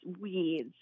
weeds